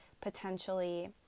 potentially